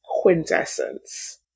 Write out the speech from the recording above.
quintessence